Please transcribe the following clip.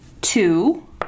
Two